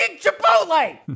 Chipotle